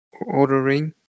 ordering